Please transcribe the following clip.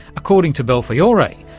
according to belfiore,